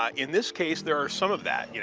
ah in this case, there are some of that, you